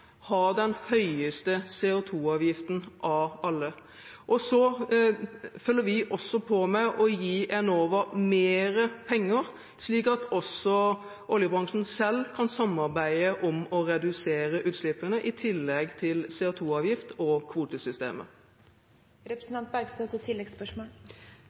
den høyeste CO2-avgiften av alle. Så følger vi også opp med å gi Enova mer penger, slik at også oljebransjen selv kan samarbeide om å redusere utslippene – i tillegg til CO2-avgift og